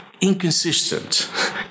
Inconsistent